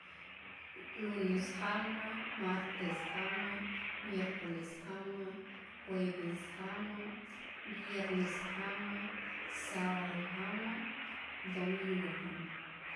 Lunes jama martes jama miercoles jama jueves jama viernes jama sabadu jama domingo jama